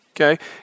Okay